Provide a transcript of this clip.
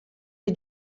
boa